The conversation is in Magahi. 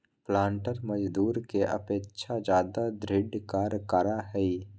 पालंटर मजदूर के अपेक्षा ज्यादा दृढ़ कार्य करा हई